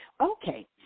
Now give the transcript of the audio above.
Okay